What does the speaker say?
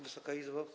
Wysoka Izbo!